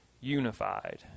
unified